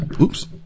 Oops